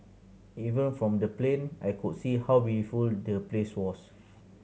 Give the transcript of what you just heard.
even from the plane I could see how beautiful the place was